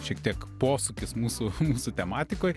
šiek tiek posūkis mūsų mūsų tematikoj